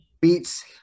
beats